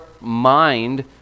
mind